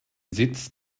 sitz